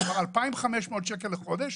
2,500 שקלים לחודש,